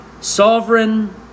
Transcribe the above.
Sovereign